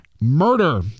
murder